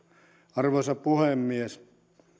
arvoisa puhemies